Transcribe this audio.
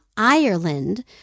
Ireland